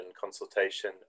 consultation